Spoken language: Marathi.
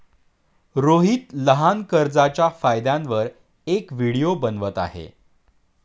रोहित लहान कर्जच्या फायद्यांवर एक व्हिडिओ बनवत आहे